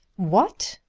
what!